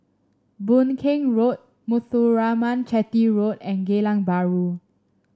Boon Keng Road Muthuraman Chetty Road and Geylang Bahru